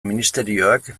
ministerioak